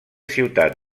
ciutat